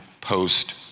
post